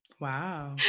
wow